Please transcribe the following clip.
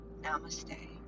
Namaste